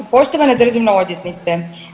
Poštovana državna odvjetnice.